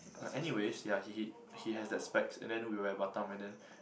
uh anyways yah he he he has that specs and then we were at Batam and then